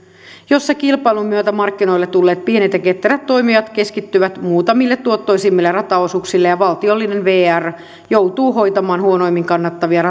jossa kilpailun myötä markkinoille tulleet pienet ja ketterät toimijat keskittyvät muutamille tuottoisimmille rataosuuksille ja valtiollinen vr joutuu hoitamaan huonommin kannattavia